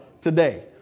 today